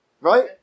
Right